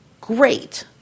Great